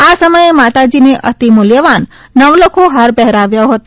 આ સમયે માતાજીને અતિ મૂલ્યવાન નવલખો હાર હેરાવ્યો હતો